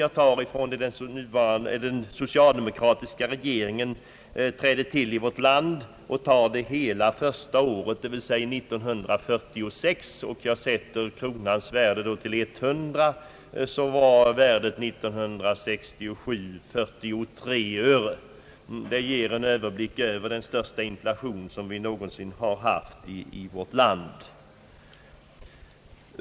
Jag vill börja med det första hela år då den socialdemokratiska regeringen tillträdde i vårt land, dvs. 1946. Om jag för detta år anger kronans värde till 100 blev år 1967 värdet 43 öre. Det anger den största inflation som vi någonsin haft i vårt land.